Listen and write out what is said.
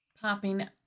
popping